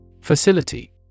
Facility